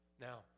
Now